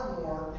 more